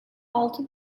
altı